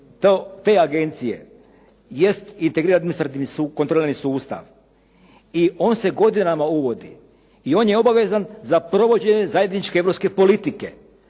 te agencije jest integrirani administrativni kontrolirani sustav i on se godinama uvodi, i on je obavezan za provođenje zajedničke Europske politike.